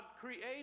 created